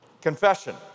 Confession